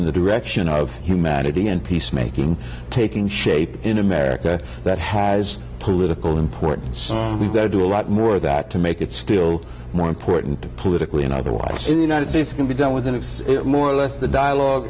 in the direction of humanity and peacemaking taking shape in america that has political importance we've got to do a lot more of that to make it still more important politically and otherwise in the united states can be done with more or less the dialogue